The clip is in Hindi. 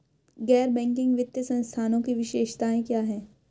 गैर बैंकिंग वित्तीय संस्थानों की विशेषताएं क्या हैं?